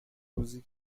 روزی